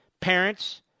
parents